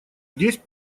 здесь